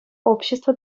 общество